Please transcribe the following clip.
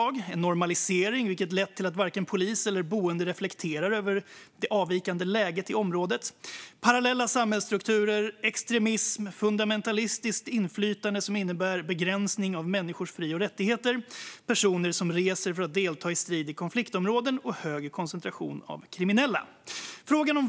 Det har skett en normalisering, vilket har lett till att varken polis eller boende reflekterar över det avvikande läget i området. Det förekommer parallella samhällsstrukturer, extremism, fundamentalistiskt inflytande som innebär begränsning av människors fri och rättigheter samt personer som reser iväg för att delta i strid i konfliktområden och en hög koncentration av kriminella.